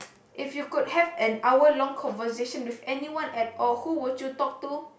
if you could have an hour long conversation with anyone at all who would you talk to